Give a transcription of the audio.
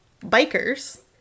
bikers